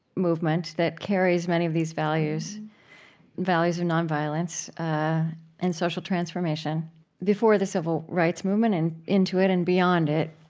movement that carries many of these values, the values of non-violence and social transformation before the civil rights movement and into it and beyond it.